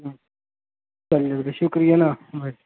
شکریہ نا بھائی